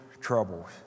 troubles